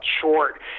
short